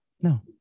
No